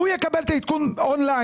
שהוא יקבל את העדכון און-ליין.